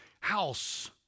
house